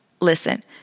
listen